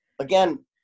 Again